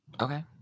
Okay